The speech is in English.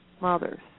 mothers